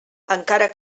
encara